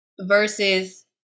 versus